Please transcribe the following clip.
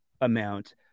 amount